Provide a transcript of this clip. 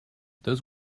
those